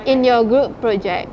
in your group project